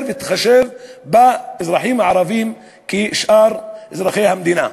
ותתחשב באזרחים הערבים כמו שאר אזרחי המדינה.